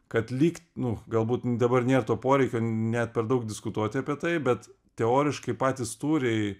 kad lyg nu galbūt dabar nėr to poreikio net per daug diskutuoti apie tai bet teoriškai patys tūriai